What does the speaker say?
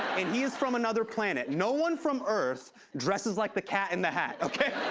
and he is from another planet. no one from earth dresses like the cat in the hat, okay?